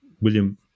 William